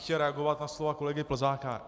Chtěl bych reagovat na slova kolegy Plzáka.